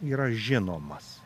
yra žinomas